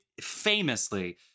famously